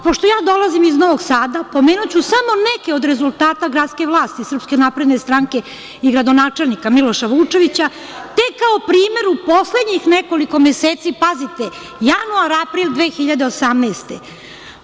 Pošto ja dolazim iz Novog Sada, pomenuću samo neke od rezultata gradske vlasti SNS i gradonačelnika Miloša Vučevića, tek kao primer u poslednjih nekoliko meseci, pazite, januar-april 2018. godine.